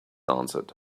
answered